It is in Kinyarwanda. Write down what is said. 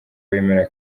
wemera